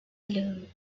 alone